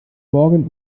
morgen